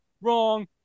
Wrong